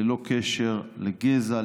ללא קשר לגזע,